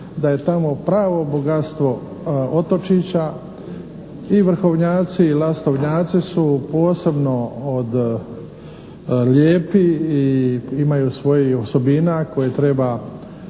Da je tamo pravo bogatstvo otočića i Vrhovnjaci i Lastovnjaci su posebno lijepi i imaju svojih osobina kojih treba